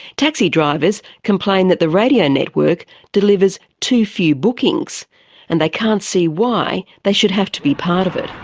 taxi drivers complain that the radio network delivers too few bookings and they can't see why they should have to be part of it.